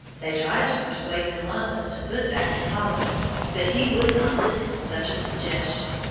they tried to persuade columbus to put back to palos, but he would not listen to such a suggestion.